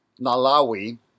Nalawi